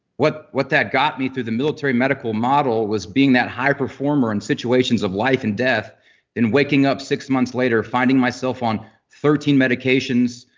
what what that got me through the military medical model was being that high performer in situations of life and death and waking up six months later finding myself on thirteen medications.